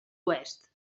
oest